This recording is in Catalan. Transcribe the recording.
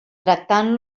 tractant